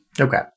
Okay